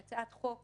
זו הצעת חוק